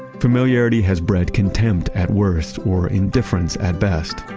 familiarity has bred contempt at worst or indifference at best.